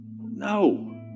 No